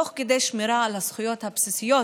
תוך כדי שמירה על הזכויות הבסיסיות